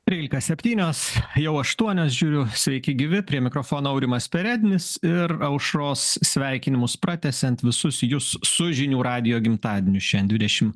trylika septynios jau aštuonios žiūriu sveiki gyvi prie mikrofono aurimas perednis ir aušros sveikinimus pratęsiant visus jus su žinių radijo gimtadieniu šian dvidešimt